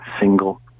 single